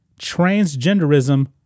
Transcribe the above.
transgenderism